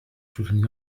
soutenir